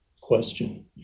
question